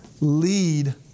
lead